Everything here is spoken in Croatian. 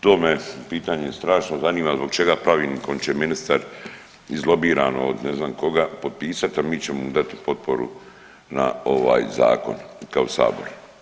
To me pitanje strašno zanima zbog čega pravilnikom će ministar izlobiran od ne znam koga potpisat, a mi ćemo mu dati potporu na ovaj zakon kao sabor?